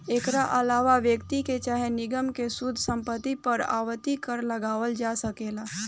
एकरा आलावा व्यक्ति के चाहे निगम के शुद्ध संपत्ति पर आवर्ती कर लगावल जा सकेला